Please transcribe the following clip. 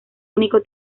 único